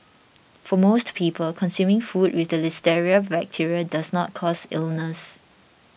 for most people consuming food with the listeria bacteria does not cause illness